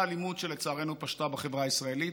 אלימות שלצערנו פשתה בחברה הישראלית.